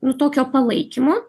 nu tokio palaikymo